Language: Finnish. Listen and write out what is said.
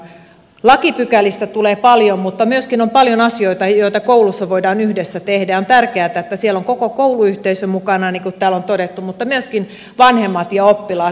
lakipykälistä tulee paljon mutta myöskin on paljon asioita joita koulussa voidaan yhdessä tehdä ja on tärkeätä että siellä on koko kouluyhteisö mukana niin kuin täällä on todettu mutta myöskin vanhemmat ja oppilaat